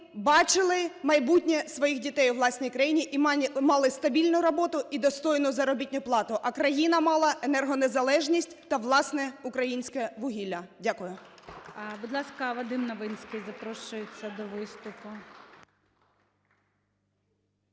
бачили майбутнє своїх дітей у власній країні і мали стабільну роботу і достойну заробітну плату, а країна мала енергонезалежність та власне українське вугілля. Дякую.